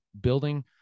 building